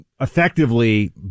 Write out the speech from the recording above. effectively